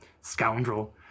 scoundrel